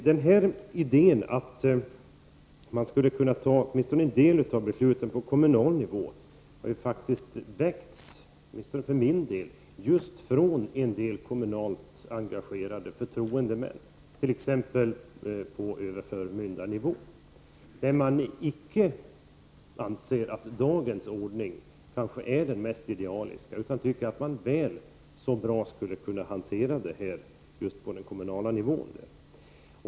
Den här idén att åtminstone en del av besluten borde kunna fattas på kommunal nivå har för min del åtminstone väckts just av kommunalt engagerade förtroendemän, bl.a. på överförmyndarnivå. Där anser man icke att dagens ordning är den mest idealiska utan tycker att man väl så bra skulle kunna hantera dessa frågor just på den kommunala nivån.